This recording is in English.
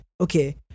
okay